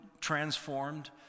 transformed